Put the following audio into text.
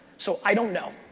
so i don't know.